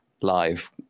live